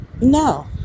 No